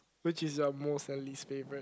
which is your most and least favourite